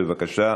בבקשה,